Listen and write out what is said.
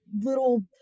little